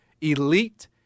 Elite